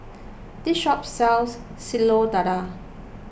this shop sells Telur Dadah